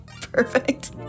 Perfect